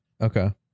Okay